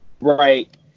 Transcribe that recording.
right